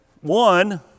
one